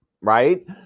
Right